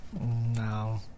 No